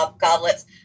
goblets